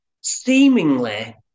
seemingly